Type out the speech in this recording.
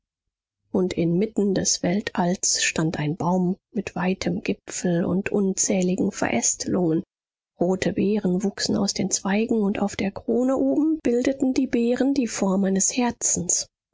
und inmitten des weltalls stand ein baum mit weitem gipfel und unzähligen verästelungen rote beeren wuchsen aus den zweigen und auf der krone oben bildeten die beeren die form eines herzens